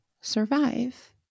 survive